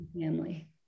family